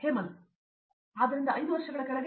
ಹೇಮಂತ್ ಆದ್ದರಿಂದ 5 ವರ್ಷಗಳ ಕೆಳಗೆ